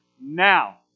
now